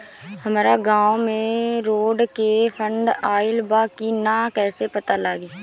हमरा गांव मे रोड के फन्ड आइल बा कि ना कैसे पता लागि?